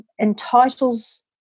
entitles